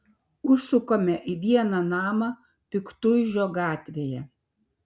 užsukame į vieną namą piktuižio gatvėje